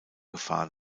gefahr